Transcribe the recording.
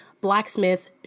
blacksmith